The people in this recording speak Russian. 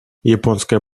японское